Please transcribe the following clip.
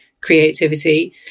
creativity